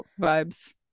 vibes